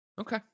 Okay